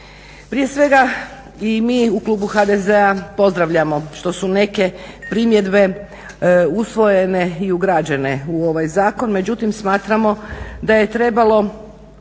Prije svega i mi u klubu HDZ-a pozdravljamo što su neke primjedbe usvojene i ugrađene u ovaj zakon, međutim smatramo da je trebalo